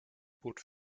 boot